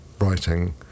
writing